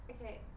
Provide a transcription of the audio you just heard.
okay